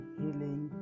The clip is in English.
healing